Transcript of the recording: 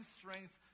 strength